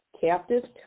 captive